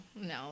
No